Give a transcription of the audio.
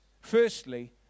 Firstly